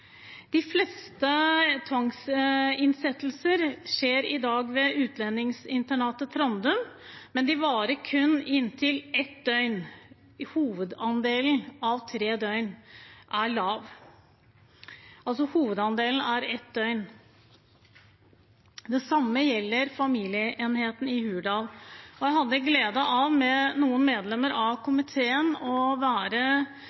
De fleste tvangsinnsettelser skjer i dag ved utlendingsinternatet Trandum, men hovedandelen av dem varer kun inntil ett døgn, og andelen utover tre døgn er lav. Det samme gjelder for familieenheten i Hurdal. Jeg hadde, sammen med noen medlemmer av komiteen, gleden av å være